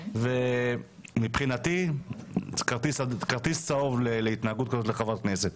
מבחינתי זה כרטיס צהוב להתנהגות כזאת לחברת כנסת.